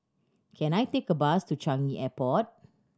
can I take a bus to Changi Airport